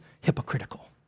hypocritical